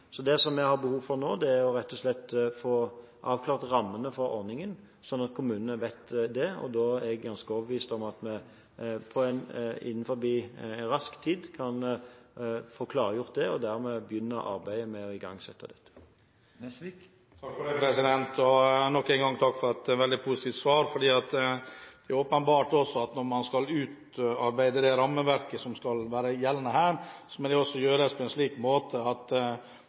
Det vi har behov for nå, er rett og slett å få avklart rammene for ordningen sånn at kommunene vet det, og da er jeg ganske overbevist om at vi innen kort tid kan få klargjort det og dermed begynne arbeidet med å igangsette dette. Nok en gang takk for et veldig positivt svar. Det er åpenbart at når man skal utarbeide det rammeverket som skal være gjeldende her, må det også gjøres slik at både uttrekk og andre ting blir innrettet på en sånn måte at